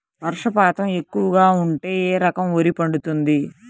వర్షపాతం ఎక్కువగా ఉంటే ఏ రకం వరి పండుతుంది?